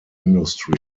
industry